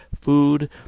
food